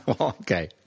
okay